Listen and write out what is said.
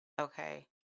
Okay